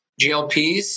GLPs